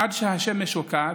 עד שהשמש שוקעת,